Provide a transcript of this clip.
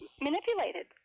manipulated